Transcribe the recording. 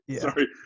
Sorry